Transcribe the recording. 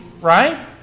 right